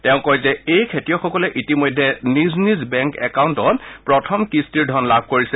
তেওঁ কয় যে এই খেতিয়কসকলে ইতিমধ্যে নিজ নিজ বেংক একাউণ্টত প্ৰথম কিস্তিৰ ধন লাভ কৰিছে